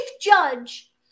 judge